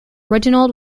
reginald